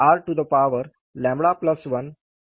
तो r1f दिया जाता है